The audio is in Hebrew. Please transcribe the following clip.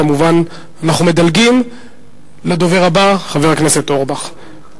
כמובן אנחנו מדלגים לדובר הבא חבר הכנסת אורבך.